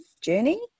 journey